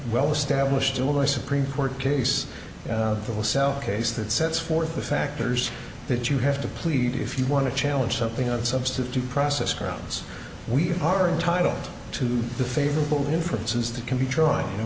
well established illinois supreme court case of the south case that sets forth the factors that you have to plead to if you want to challenge something of substance due process grounds we are in title to the favorable inferences that can be drawn you know